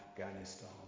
Afghanistan